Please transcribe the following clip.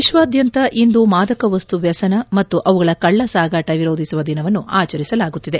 ವಿಶ್ವಾದ್ಯಂತ ಇಂದು ಮಾದಕ ವಸ್ತು ವ್ಯಸನ ಮತ್ತು ಅವುಗಳ ಕಳ್ಳ ಸಾಗಾಟ ವಿರೋಧಿಸುವ ದಿನವನ್ನು ಆಚರಿಸಲಾಗುತ್ತಿದೆ